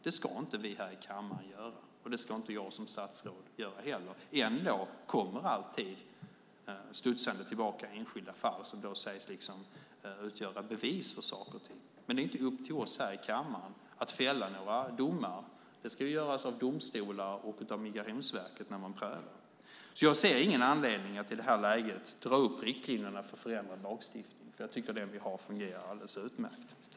Det ska inte vi här i kammaren göra och det ska inte jag som statsråd göra heller. En dag kommer alltid enskilda fall studsande tillbaka som sägs utgöra bevis för saker och ting, men det är inte upp till oss här i kammaren att fälla några domar. Det ska göras av domstolar och av Migrationsverket när man gör sin prövning. Jag ser ingen anledning att i det här läget dra upp riktlinjer för förändrad lagstiftning. Jag tycker att den vi har fungerar alldeles utmärkt.